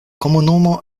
komunumo